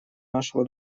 нашего